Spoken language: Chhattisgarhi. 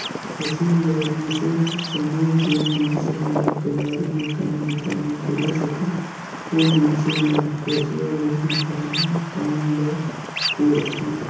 फसिल ल मिसे कर समे जेन मइनसे मन कलारी मे काम बूता नी करे सके, ओ मइनसे मन हेसुवा ले ही धान पान ल कोड़थे